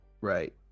right